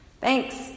Thanks